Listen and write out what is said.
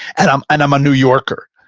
and i'm and i'm a new yorker.